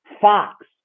Fox